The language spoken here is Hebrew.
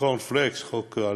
הקורנפלקס שקיים,